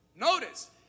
Notice